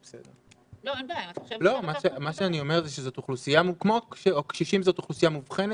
אני אומר שכמו שקשישים זו אוכלוסייה מובחנת,